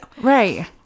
Right